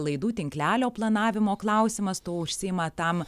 laidų tinklelio planavimo klausimas tuo užsiima tam